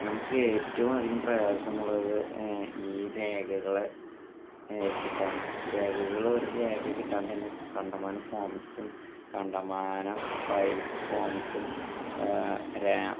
നമുക്ക് ഏറ്റവും അധികം പ്രയാസമുള്ളത് ഈ രേഖകൾ കിട്ടാനാണ് ഈ രേഖകൾ ഒരു രേഖ കിട്ടാൻ തന്നെ കണ്ടമാനം ഫോംസും കണ്ടമാനം ഫയൽസും ഫോംസും